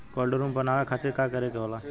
Cold room बनावे खातिर का करे के होला?